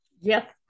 Yes